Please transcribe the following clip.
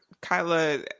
Kyla